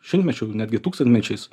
šimtmečių netgi tūkstantmečiais